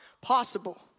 possible